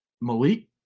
Malik